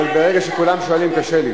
ברגע שכולם שואלים, קשה לי.